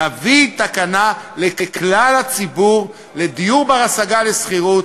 נביא תקנה לכלל הציבור לדיור בר-השגה לשכירות,